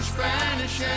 Spanish